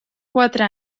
quatre